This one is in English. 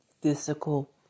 physical